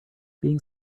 being